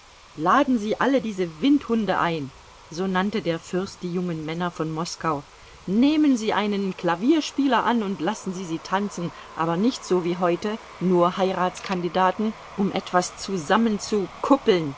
laden sie alle diese windhunde ein so nannte der fürst die jungen männer von moskau nehmen sie einen klavierspieler an und lassen sie sie tanzen aber nicht so wie heute nur heiratskandidaten um etwas